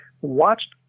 Watched